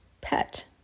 pet